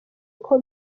uko